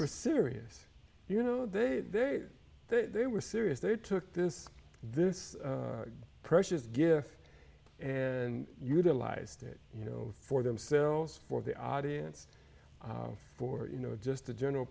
were serious you know they they were serious they took this this precious gift and utilized it you know for themselves for the audience for you know just the general